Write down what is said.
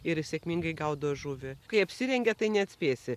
ir sėkmingai gaudo žuvį kai apsirengia tai neatspėsi